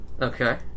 Okay